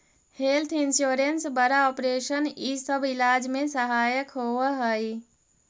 health insurance बड़ा operation इ सब इलाज में सहायक होवऽ हई